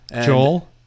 Joel